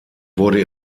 wurde